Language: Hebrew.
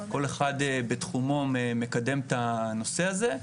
כל אחד בתחומו מקדם את הנושא הזה.